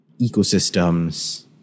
ecosystems